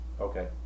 Okay